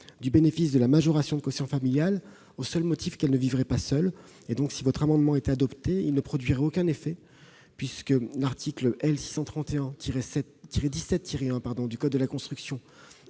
du bénéfice de la majoration de quotient familial, au seul motif qu'elle ne vivrait pas seules. Si votre amendement est adopté, madame Lavarde, il ne produirait aucun effet, l'article L. 631-17-1 du code de la construction